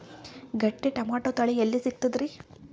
ಗಟ್ಟಿ ಟೊಮೇಟೊ ತಳಿ ಎಲ್ಲಿ ಸಿಗ್ತರಿ?